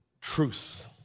truth